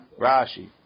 Rashi